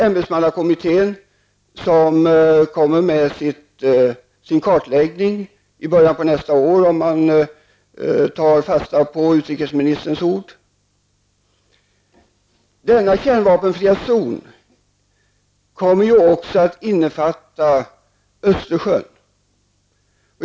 Ämbetsmannakommittén presenterar sin kartläggning i början av nästa år, om jag nu tar fasta på utrikesministerns ord. Denna kärnvapenfria zon kommer också att innefatta Östersjön.